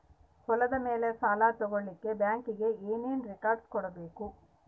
ಹೊಲದ ಮೇಲೆ ಸಾಲ ತಗಳಕ ಬ್ಯಾಂಕಿಗೆ ಏನು ಏನು ರೆಕಾರ್ಡ್ಸ್ ಕೊಡಬೇಕು?